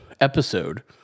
episode